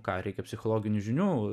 ką reikia psichologinių žinių